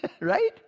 Right